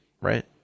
right